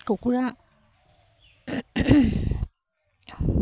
কুকুৰা